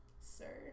Sir